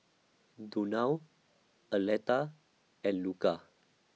Donal Aleta and Luca